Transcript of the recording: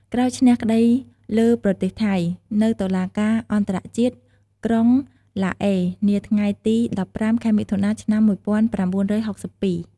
ក្រោយឈ្នះក្តីលើ ប្រទេសថៃ នៅតុលាការអន្តរជាតិ ក្រុងឡាអេ នាថ្ងៃទី ១៥ ខែមិថុនា ឆ្នាំ១៩៦២។